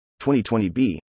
2020b